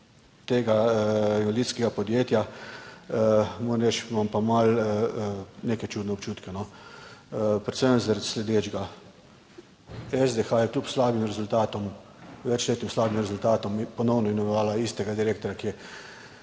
tega invalidskega podjetja, moram reči, imam pa malo neke čudne občutke, predvsem zaradi sledečega. SDH je kljub slabim rezultatom, večletnim slabim rezultatom ponovno imenovala istega direktorja, ki je